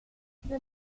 non